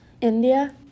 India